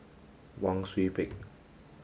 Wang Sui Pick